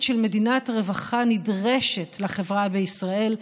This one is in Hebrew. של מדינת הרווחה נדרשת לחברה בישראל,